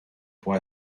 può